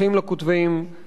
צריך לעבוד על זה,